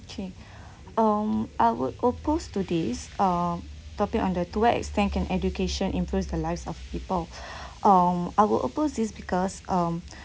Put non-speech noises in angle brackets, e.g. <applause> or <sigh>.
okay <breath> um I would oppose today's uh topic on the to what extent can education improves the lives of people <breath> um I'll oppose this because um